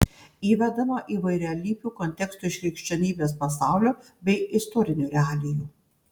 įvedama įvairialypių kontekstų iš krikščionybės pasaulio bei istorinių realijų